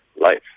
life